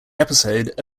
episode